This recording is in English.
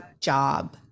job